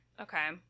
okay